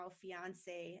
fiance